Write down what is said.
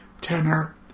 tenor